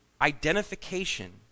identification